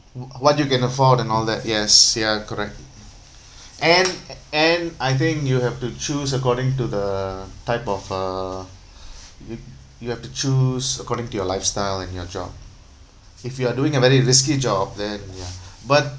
w~ what you can afford and all that yes ya correct and and I think you have to choose according to the type of uh you you have to choose according to your lifestyle and your job if you are doing a very risky job then ya but